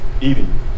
eating